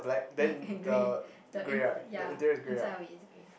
black and grey the in ya inside of it is grey